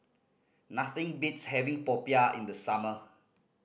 nothing beats having popiah in the summer